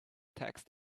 text